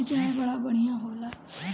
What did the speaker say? आसाम के चाय बड़ा बढ़िया होला